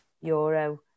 euro